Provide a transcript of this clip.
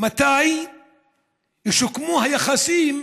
מתי ישוקמו היחסים